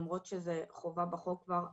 למרות שזו חובה בחוק כבר,